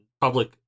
public